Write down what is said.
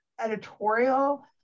editorial